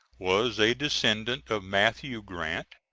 was a descendant of mathew grant,